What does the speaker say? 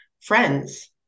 friends